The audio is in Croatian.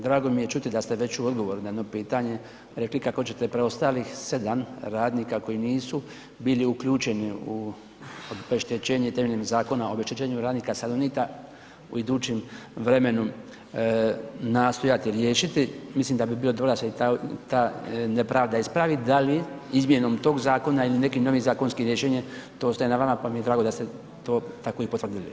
Drago mi je čuti da ste već u odgovoru na jedno pitanje rekli kako ćete preostalih 7 radnika koji nisu bili uključeni u obeštećenje temeljem Zakona o obeštećenju radnika Salonita u idućim vremenu nastojati riješiti, mislim da bi bilo dobro da se i ta nepravda ispravi da li izmjenom tog zakona ili nekim novim zakonskim rješenjem, to ostaje na vama, pa mi je drago da ste to tako i potvrdili.